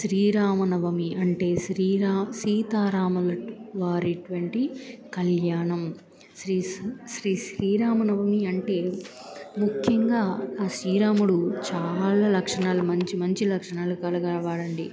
శ్రీరామనవమి అంటే శ్రీరా సీతారామల వారిటువంటి కళ్యాణం శ్రీ శ్రీ శ్రీరామనవమి అంటే ముఖ్యంగా ఆ శ్రీరాముడు చాలా లక్షణాలు మంచి మంచి లక్షణాలు కలగలవాడండి